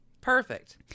Perfect